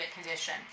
condition